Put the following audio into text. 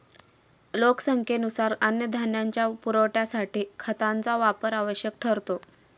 लोकसंख्येनुसार अन्नधान्याच्या पुरवठ्यासाठी खतांचा वापर आवश्यक ठरतो